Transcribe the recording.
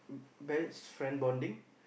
best friend bonding